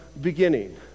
beginning